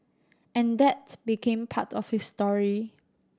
and that became part of his story